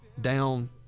down